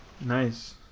Nice